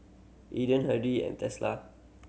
Aden Hardy and Tesla